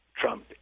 Trump